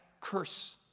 curse